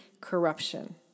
corruption